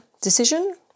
decision